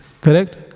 Correct